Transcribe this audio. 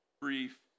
brief